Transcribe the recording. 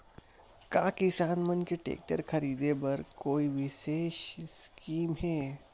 का किसान मन के टेक्टर ख़रीदे बर कोई विशेष स्कीम हे?